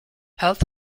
health